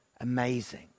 amazing